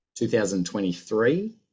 2023